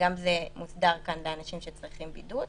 שגם זה מוסדר כאן לאנשים שצריכים בידוד.